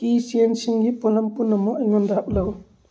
ꯀꯤ ꯆꯦꯟꯁꯤꯡꯒꯤ ꯄꯣꯠꯂꯝ ꯄꯨꯝꯅꯃꯛ ꯑꯩꯉꯣꯟꯗ ꯎꯠꯂꯛꯎ